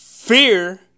Fear